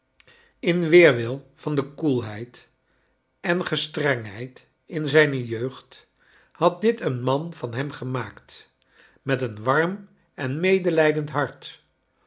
in weerwil van de koeiheid en gestrengheid in zijne jeugd had dit een man van hem geroaakt met een warm en medelijdend hart